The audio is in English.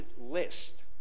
list